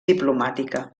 diplomàtica